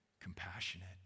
Compassionate